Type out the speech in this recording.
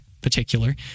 particular